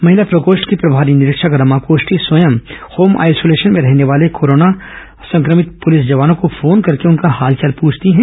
महिला प्रकोष्ठ की प्रभारी निरीक्षक रमा कोष्टी स्वयं होम आइसोलेशन में रहने वाले कोरोना संक्रमित पृलिस जवानों को फोन करके उनका हाल चाल प्रछती हैं